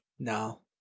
No